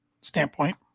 standpoint